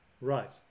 right